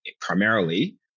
primarily